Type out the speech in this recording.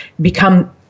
become